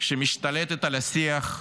שמשתלטת על השיח,